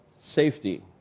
safety